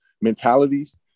mentalities